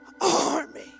army